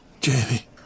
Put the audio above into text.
Jamie